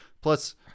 Plus